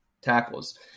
tackles